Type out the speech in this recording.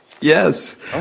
Yes